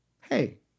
hey